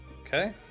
Okay